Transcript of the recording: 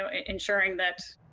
um ensuring that